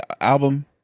album